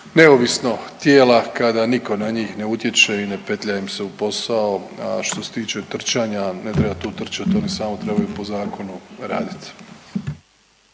neovisno tijela kada nitko na njih ne utječe i ne petlja im se u posao, a što se tiče trčanja ne treba tu trčati oni samo trebaju po zakonu raditi.